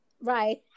right